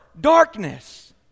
darkness